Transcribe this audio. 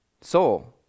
soul